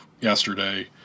yesterday